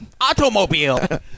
automobile